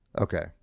Okay